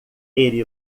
ele